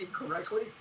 incorrectly